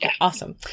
Awesome